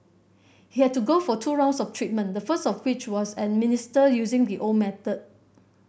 he had to go for two rounds of treatment the first of which was administered using the old method